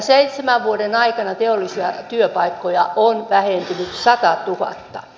odotetaan ensi budjettiin että saadaan pysyväksi se rahoitus